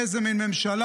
איזה מין ממשלה.